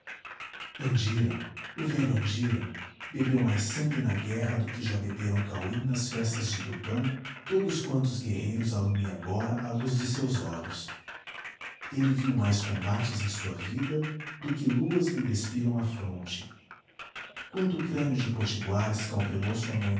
andira o velho andira bebeu mais sangue na guerra do que já beberam cauim nas festas de tupã todos quantos guerreiros alumia agora a luz de seus olhos ele viu mais combates em sua vida do que luas lhe despiram a fronte quanto crânio de potiguara